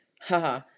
haha